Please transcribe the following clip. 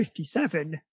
57